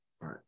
right